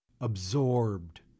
absorbed